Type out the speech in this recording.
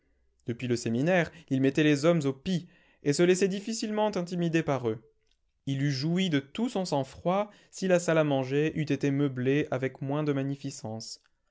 depuis le séminaire il mettait les hommes au pis et se laissait difficilement intimider par eux il eût joui de tout son sang-froid si la salle à manger eût été meublée avec moins de magnificence